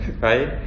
right